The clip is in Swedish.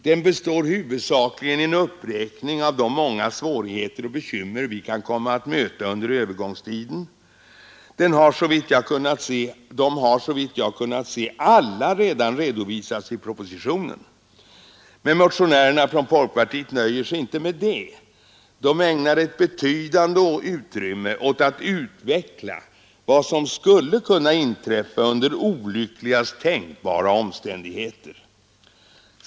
Den består huvudsakligen av en uppräkning av de många svårigheter och bekymmer vi kan komma att möta under övergångstiden. Alla dessa svårigheter har, såvitt jag kunnat se, redovisats i propositionen. Men motionärerna från folkpartiet nöjer sig inte med det. De ägnar ett betydande utrymme åt att utveckla vad som skulle kunna inträffa under olyckligast tänkbara omständigheter.